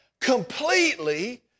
Completely